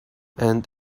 and